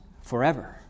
forever